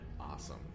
awesome